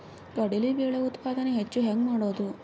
ಕಡಲಿ ಬೇಳೆ ಉತ್ಪಾದನ ಹೆಚ್ಚು ಹೆಂಗ ಮಾಡೊದು?